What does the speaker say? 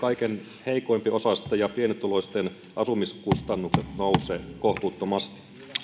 kaikkein heikompiosaisten ja pienituloisten asumiskustannukset nouse kohtuuttomasti